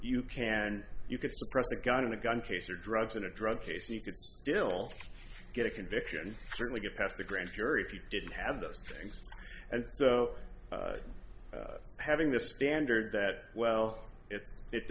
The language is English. you can you could suppress the god of the gun case or drugs in a drug case you could still get a conviction certainly get past the grand jury if you didn't have those things and so having the standard that well it